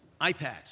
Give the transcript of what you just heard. iPad